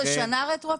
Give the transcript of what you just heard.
רבה,